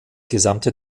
gesamte